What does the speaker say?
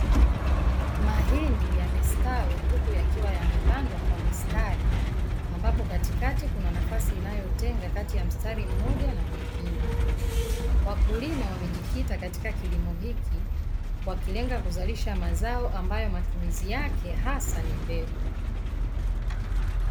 Mahindi yamestawi huku yakiwa yamepandwa kwa mistari ambapo katikati kuna nafasi inayotenga kati ya mstari mmoja na mwingine wakulima wamejikita katika kilimo hiki kwa kilenga kuzalisha mazao ambayo matumizi yake hasa ni mbegu